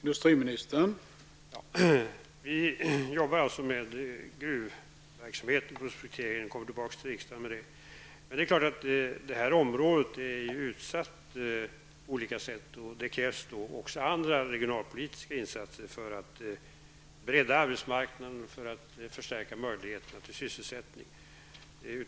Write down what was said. Herr talman! Vi jobbar med gruvverksamhet och prospektering och kommer tillbaka till riksdagen med förslag. Det är klart att detta område är utsatt på olika sätt. Det krävs då även andra regionalpolitiska insatser för att bredda arbetsmarknaden och förstärka möjligheterna till sysselsättning.